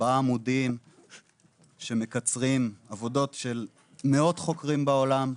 ארבעה עמודים שמקצרים עבודות של מאות חוקרים בעולם,